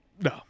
No